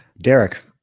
Derek